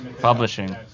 Publishing